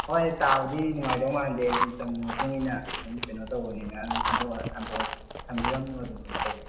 ꯍꯣꯏ ꯇꯥꯕꯗꯤ ꯅꯨꯡꯉꯥꯏꯗꯧ ꯃꯥꯟꯗꯦ ꯃꯇꯝꯒꯤ ꯃꯇꯨꯡ ꯏꯟꯅ ꯑꯗꯨꯝ ꯀꯩꯅꯣ ꯇꯧꯕꯅꯤꯅ ꯑꯗꯨꯝ ꯈꯟꯇꯣꯑꯁꯦ ꯊꯝꯕꯤꯔꯝꯃꯣ ꯑꯗꯨꯝ ꯌꯥꯡꯈꯩꯗꯣ